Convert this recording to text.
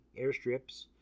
airstrips